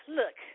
look